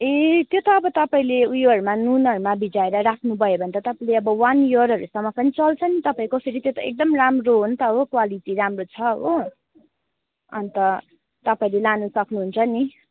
ए त्यो त अब तपाईँले उयोहरूमा नुनहरूमा भिजाएर राख्नुभयो भने त तपाईँले अब वान इयरहरूसम्म पनि चल्छ नि तपाईँको फेरि त्यो त एकदम राम्रो हो नि त हो क्वालिटी राम्रो छ हो अन्त तपाईँले लान सक्नुहुन्छ नि